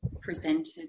presented